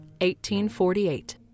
1848